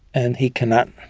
and he cannot